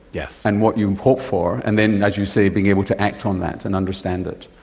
yeah and what you hope for, and then, as you say, being able to act on that and understand it.